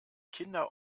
kinder